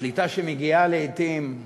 שליטה שמגיעה לעתים,